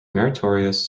meritorious